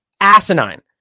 asinine